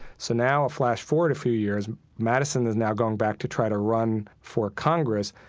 so now a flash forward a few years madison is now going back to try to run for congress,